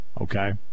okay